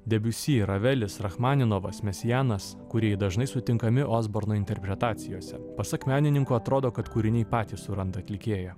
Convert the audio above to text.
debiusi ravelis rachmaninovas mesianas kūrėjai dažnai sutinkami osborno interpretacijose pasak menininko atrodo kad kūriniai patys suranda atlikėją